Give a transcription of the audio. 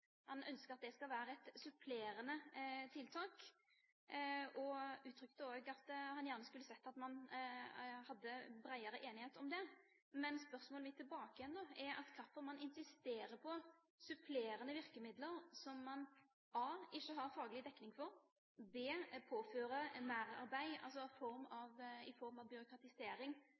ønsker at det skal være et supplerende tiltak. Han uttrykte også at han gjerne skulle sett at det var bredere enighet om dette. Spørsmålet mitt tilbake er: Hvorfor insisterer man på supplerende virkemidler som a) man ikke har faglig dekning for, b) påfører merarbeid i form av byråkratisering både når det handler om forberedelse og dokumentasjon av